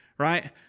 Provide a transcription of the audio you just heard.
Right